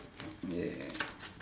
yeah